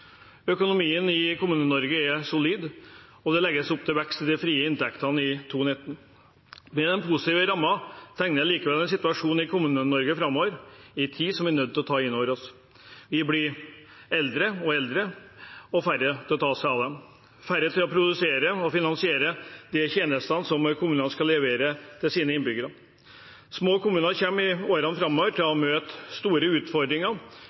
Økonomien i Kommune-Norge er solid, og det legges opp til vekst i de frie inntektene i 2019. Men den positive rammen tegner likevel en situasjon i Kommune-Norge framover som vi er nødt til å ta inn over oss. Vi blir eldre og eldre og færre til å ta seg av oss, færre til å produsere og finansiere de tjenestene som kommunene skal levere til sine innbyggere. Små kommuner kommer i årene framover til å møte store utfordringer